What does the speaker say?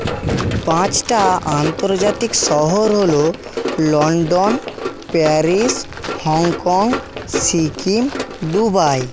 পাঁচটা আন্তর্জাতিক শহর হলো London Paris Hong Kong Sikkim Dubai